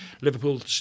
Liverpool